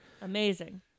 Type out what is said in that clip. Amazing